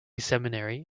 seminary